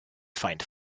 find